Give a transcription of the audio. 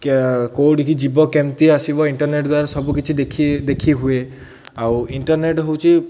କେଉଁଠିକି ଯିବ କେମିତି ଆସିବ ଇଣ୍ଟରର୍ନେଟ୍ ଦ୍ୱାରା ସବୁକିଛି ଦେଖି ଦେଖି ହୁଏ ଆଉ ଇଣ୍ଟର୍ନେଟ୍ ହେଉଛି